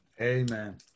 amen